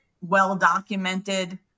well-documented